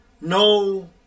no